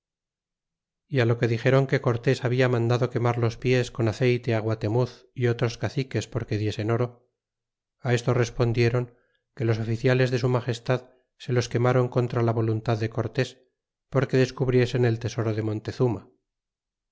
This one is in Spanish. lo que dixeron que cortés habla mandado quemar pies los con aceyte a guatemuz é otros caciques porque diesen oro esto respondiéron que los oficiales de su magestad se los quemaron contra la voluntad de cortés porque descubriesen el tesoro de montezuma